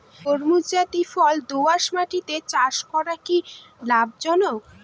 তরমুজ জাতিয় ফল দোঁয়াশ মাটিতে চাষ করা কি লাভজনক?